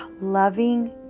Loving